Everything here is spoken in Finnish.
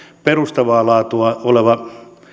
perustavaa laatua oleva